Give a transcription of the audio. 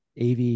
AV